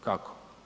Kako?